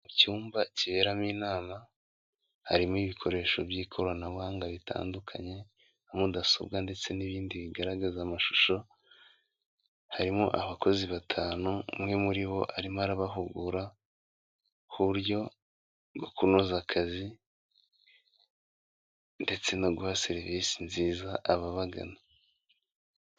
Icyumba kiberamo inama harimo ibikoresho by'ikoranabuhanga bitandukanye nka mudasobwa ndetse n'ibindi bigaragaza amashusho, harimo abakozi batanu umwe muri bo arimo arabahugura ku buryo bwo kunoza akazi ndetse no guha serivise nziza ababagana.